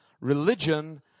Religion